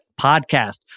podcast